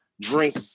drink